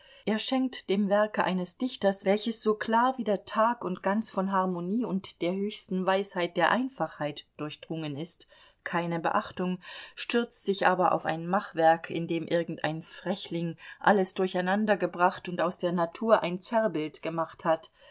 er schenkt dem werke eines dichters welches so klar wie der tag und ganz von harmonie und der höchsten weisheit der einfachheit durchdrungen ist keine beachtung stürzt sich aber auf ein machwerk in dem irgendein frechling alles durcheinandergebracht und aus der natur ein zerrbild gemacht hat